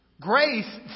Grace